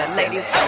ladies